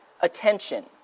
attention